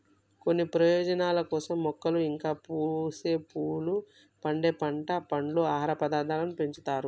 కొన్ని ప్రయోజనాల కోసం మొక్కలు ఇంకా పూసే పువ్వులు, పండే పంట, పండ్లు, ఆహార పదార్థాలను పెంచుతారు